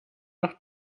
noch